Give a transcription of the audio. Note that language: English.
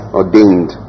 ordained